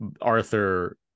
Arthur